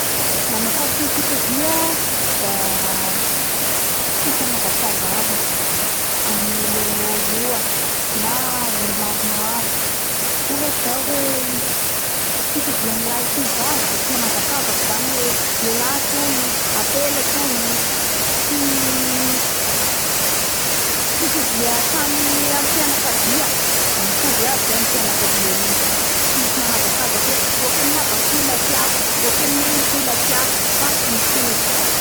La mahakasiky ny fitovia da tsy fanavakavaha amy nolo roa na olo maromaro ohatsy zao hoe fitoviany lahy sy ny vavy da tsy manavakavaky zany hoe lelahy toy apela toy tsy fitovia amy samy fianakavia da mitovy aby zay ny fianakia igny tsy misy manavakavaky hoe boka amy abako toy la tiako boka amy neniko toy la tiako fa mitovy